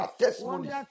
testimony